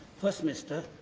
first minister,